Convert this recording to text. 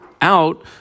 out